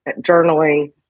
journaling